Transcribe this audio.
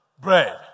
bread